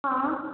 हाँ